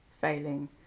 failing